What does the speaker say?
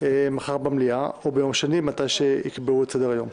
מחר במליאה או ביום שני, מתי שייקבע סדר-היום.